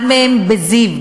אחד מהם בזיו,